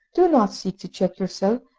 do not seek to check yourself,